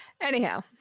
Anyhow